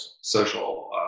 social